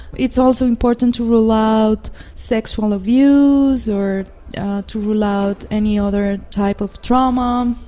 it's also important to rule out sexual abuse or to rule out any other type of trauma. um